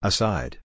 Aside